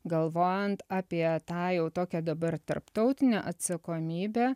galvojant apie tą jau tokią dabar tarptautinę atsakomybę